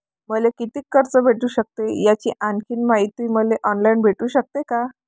मले कितीक कर्ज भेटू सकते, याची आणखीन मायती मले ऑनलाईन भेटू सकते का?